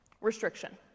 Restriction